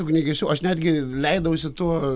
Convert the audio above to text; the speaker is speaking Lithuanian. ugniagesių aš netgi leidausi tuo